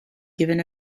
given